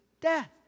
death